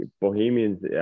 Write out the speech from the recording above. Bohemians